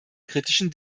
kritischen